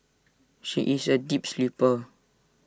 she is A deep sleeper